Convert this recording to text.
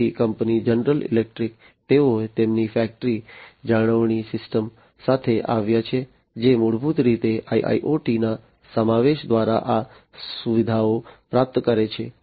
તેથી company General Electric તેઓ તેમની ફેક્ટરી જાળવણી સિસ્ટમ સાથે આવ્યા છે જે મૂળભૂત રીતે IIoT ના સમાવેશ દ્વારા આ સુવિધાઓ પ્રાપ્ત કરે છે